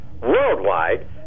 worldwide